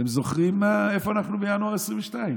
אתם זוכרים איפה אנחנו בינואר 2022?